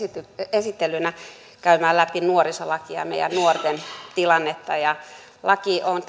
esittelynä käymään läpi nuorisolakia meidän nuorten tilannetta laki on